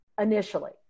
initially